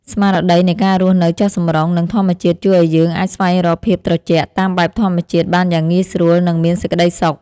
ស្មារតីនៃការរស់នៅចុះសម្រុងនឹងធម្មជាតិជួយឱ្យយើងអាចស្វែងរកភាពត្រជាក់តាមបែបធម្មជាតិបានយ៉ាងងាយស្រួលនិងមានសេចក្តីសុខ។